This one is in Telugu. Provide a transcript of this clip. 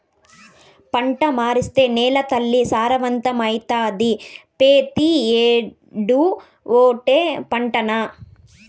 పంట మార్సేత్తే నేలతల్లి సారవంతమైతాది, పెతీ ఏడూ ఓటే పంటనా